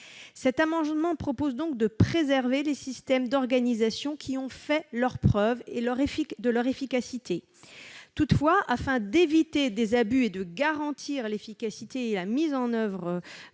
Cet amendement vise donc à préserver les systèmes d'organisation qui ont fait la preuve de leur efficacité. Toutefois, afin d'éviter des abus et de garantir l'efficacité de ces systèmes